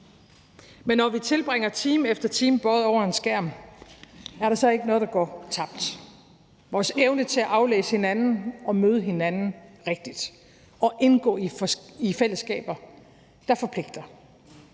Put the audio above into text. Men når vi tilbringer time efter time bøjet over en skærm, er der så ikke noget, der går tabt – vores evne til at aflæse hinanden og møde hinanden rigtigt og indgå i fællesskaber, der forpligter?